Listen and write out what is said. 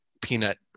peanut